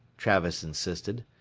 travis insisted.